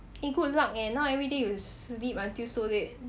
eh good luck eh and now everyday you sleep until so late